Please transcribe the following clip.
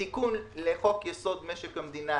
תיקון לחוק יסוד: משק המדינה,